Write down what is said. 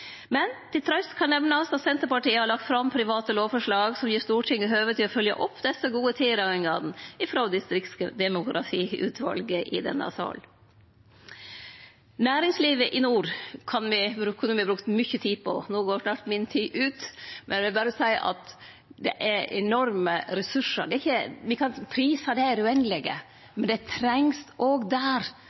Til trøyst kan nemnast at Senterpartiet har lagt fram private lovforslag som gir Stortinget høve til å følgje opp desse gode tilrådingane frå distriktsdemografiutvalet i denne salen. Næringslivet i nord kunne me brukt mykje tid på. No er snart tida mi ute, men eg vil berre seie at det er enorme ressursar i nord, og me kan prisa det i det uendelege, men det trengst òg der